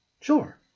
Sure